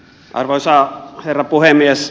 arvoisa herra puhemies